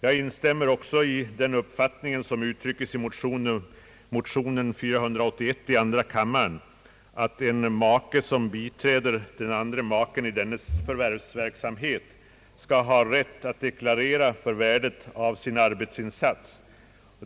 Jag instämmer också i den uppfattning som uttrycks i motionen II: 481, att en make som biträder den andra maken i dennes förvärvsverksamhet skall ha rätt att deklarera för värdet av sin arbetsinsats.